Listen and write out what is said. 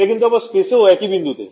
এটা কিন্তু আবার স্পেসেও একই বিন্দুতে